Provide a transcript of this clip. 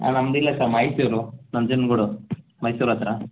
ಹಾಂ ನಮ್ದು ಇಲ್ಲೇ ಸರ್ ಮೈಸೂರು ನಂಜನಗೂಡು ಮೈಸೂರತ್ರ